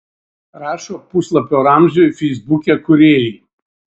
rašo puslapio ramziui feisbuke kūrėjai